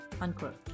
unquote